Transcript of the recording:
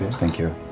thank you.